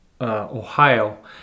Ohio